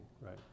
right